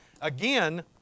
Again